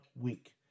week